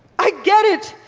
i get it.